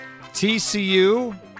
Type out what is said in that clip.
TCU